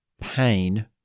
pain